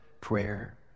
prayer